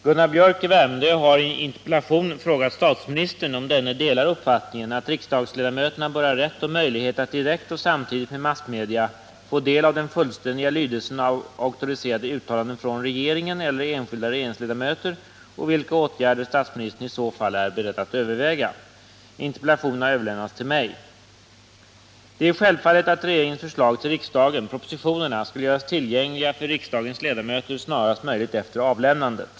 Herr talman! Gunnar Biörck i Värmdö har i en interpellation frågat statsministern om denne delar uppfattningen att riksdagsledamöterna bör ha rätt och möjlighet att direkt och samtidigt med massmedia få del av den fullständiga lydelsen av auktoriserade uttalanden från regeringen eller enskilda regeringsledamöter och vilka åtgärder statsministern i så fall är beredd att överväga. Interpellationen har överlämnats till mig. Det är självfallet att regeringens förslag till riksdagen — propositionerna — skall göras tillgängliga för riksdagens ledamöter snarast möjligt efter avlämnandet.